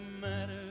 matter